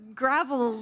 gravel